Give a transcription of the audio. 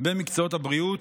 במקצועות הבריאות,